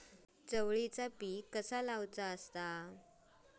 चवळी पीक कसा लावचा?